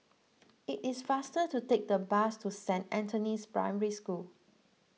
it is faster to take the bus to Saint Anthony's Primary School